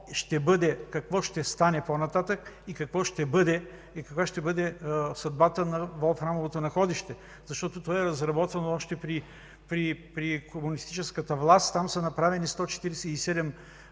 ще стане по-нататък, каква ще бъде съдбата на волфрамовото находище? То е разработвано още при комунистическата власт. Там са направени 147